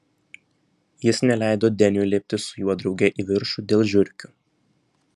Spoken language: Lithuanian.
jis neleido deniui lipti su juo drauge į viršų dėl žiurkių